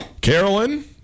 Carolyn